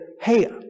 hey